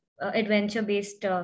adventure-based